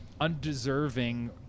undeserving